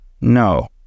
No